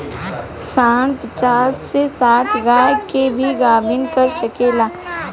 सांड पचास से साठ गाय के गोभिना कर सके ला